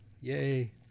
Yay